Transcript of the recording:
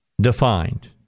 Defined